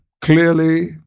Clearly